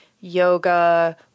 yoga